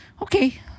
okay